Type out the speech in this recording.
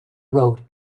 road